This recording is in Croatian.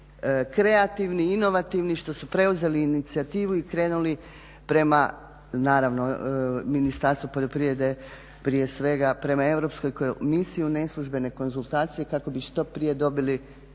kreativni, inovativni, što su preuzeli inicijativu i krenuli prema naravno Ministarstvu poljoprivrede prije svega prema Europskoj komisiji u neslužbene konzultacije kako bi što prije dobili njihov